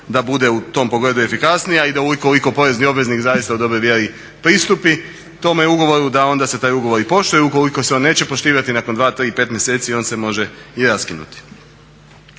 da bude u tom pogledu efikasnija. I da ukoliko porezni obveznik zaista u dobroj vjeri pristupi tome ugovoru da onda se taj ugovor i poštuje. Ukoliko se on neće poštivati nakon dva, tri, pet mjeseci on se može i raskinuti.